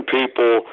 people